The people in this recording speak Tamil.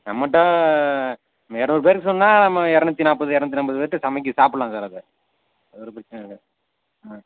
நம்மள்கிட்ட நம்ம இரநூறுக்கு பேருக்கு சொன்னால் நம்ம இரநூத்தி நாற்பது இரநூத்தி ஐம்பது பேர்த்துக்கு சமைக் சாப்பிடுலாம் சார் அது அது ஒரு பிரச்சனை இல்லை ஆ